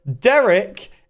Derek